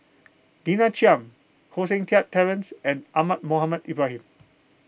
Lina Chiam Koh Seng Kiat Terence and Ahmad Mohamed Ibrahim